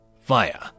Fire